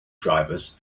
drivers